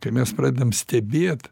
kai mes pradedam stebėt